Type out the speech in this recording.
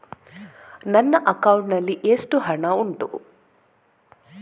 ನನ್ನ ಅಕೌಂಟ್ ನಲ್ಲಿ ಎಷ್ಟು ಹಣ ಉಂಟು?